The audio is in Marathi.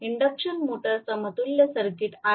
इंडक्शन मोटर समतुल्य सर्किट RC